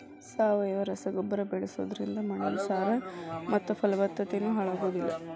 ಸಾವಯವ ರಸಗೊಬ್ಬರ ಬಳ್ಸೋದ್ರಿಂದ ಮಣ್ಣಿನ ಸಾರ ಮತ್ತ ಪಲವತ್ತತೆನು ಹಾಳಾಗೋದಿಲ್ಲ